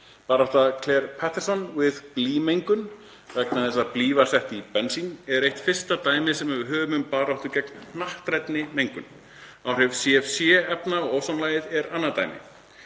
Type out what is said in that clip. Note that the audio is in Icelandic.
Barátta Clair Patterson við blýmengun, vegna þess að blý var sett í bensín, er fyrsta dæmið sem við höfum um baráttu gegn hnattrænni mengun. Áhrif CFC-efna á ósonlagið er annað dæmi.